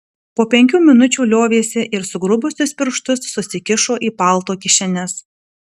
po penkių minučių liovėsi ir sugrubusius piršus susikišo į palto kišenes